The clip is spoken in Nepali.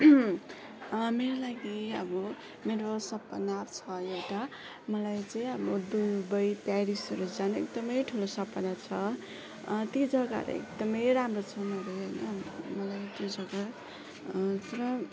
मेरो लागि अब मेरो सपना छ एउटा मलाई चाहिँ अब दुबई पेरिसहरू जानु एकदमै ठुलो सपना छ त्यो जग्गाहरू एकदमै राम्रो छ मेरो लागि मलाई त्यो जग्गा पुरा